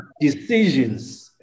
decisions